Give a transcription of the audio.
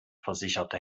versicherte